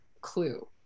clue